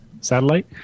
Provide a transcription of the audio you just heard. satellite